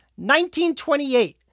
1928